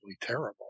terrible